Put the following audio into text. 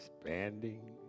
expanding